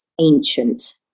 ancient